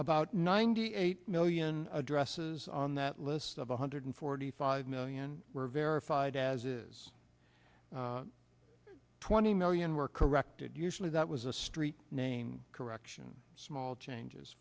about ninety eight million addresses on that list of one hundred forty five million were verified as is twenty million were corrected usually that was a street named correction small changes